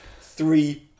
Three